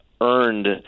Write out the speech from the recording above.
earned